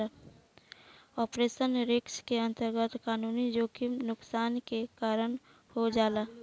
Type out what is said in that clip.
operational risk के अंतरगत कानूनी जोखिम नुकसान के कारन हो जाला